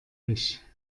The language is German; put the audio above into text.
ich